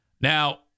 Now